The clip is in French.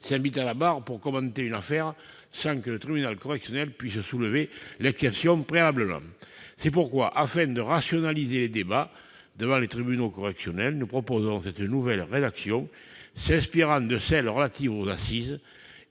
s'invitent à la barre pour commenter une affaire sans que le tribunal correctionnel puisse soulever l'exception préalablement. C'est pourquoi, afin de rationaliser les débats devant les tribunaux correctionnels, nous proposons cette nouvelle rédaction s'inspirant de celle qui est relative aux assises,